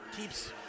keeps